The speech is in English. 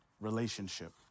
relationship